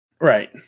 Right